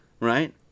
Right